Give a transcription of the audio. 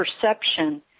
perception